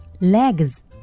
Legs